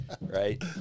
Right